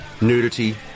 nudity